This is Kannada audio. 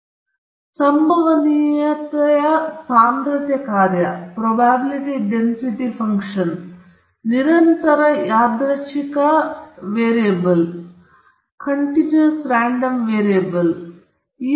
ಆದ್ದರಿಂದ ಸಂಭವನೀಯತೆಯ ಸಾಂದ್ರತೆ ಕಾರ್ಯ ನಿರಂತರ ಯಾದೃಚ್ಛಿಕ ವೇರಿಯಬಲ್ ಡೊಮೇನ್ ಸಂಭವನೀಯತೆಗಳ ವಿತರಣೆಯನ್ನು ವಿವರಿಸುತ್ತದೆ